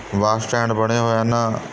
ਬੱਸ stand ਬਣੇ ਹੋਏ ਹਨ